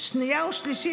שנייה ושלישית.